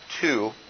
two